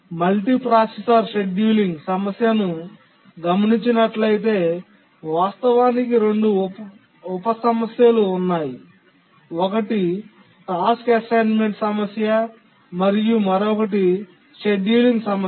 multiprocessor scheduling సమస్యను గమనించినట్లయితే వాస్తవానికి 2 ఉప సమస్యలు ఉన్నాయి ఒకటి టాస్క్ అసైన్మెంట్ సమస్య మరియు మరొకటి షెడ్యూలింగ్ సమస్య